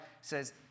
says